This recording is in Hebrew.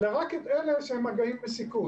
אלא רק את אלה שהם מגעים בסיכון.